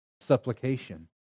supplication